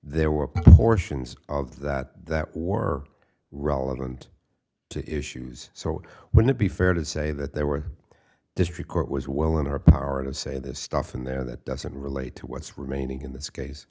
there were proportions of that that war relevant to issues so it wouldn't be fair to say that they were district court was well in our power to say the stuff in there that doesn't relate to what's remaining in this case